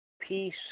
Peace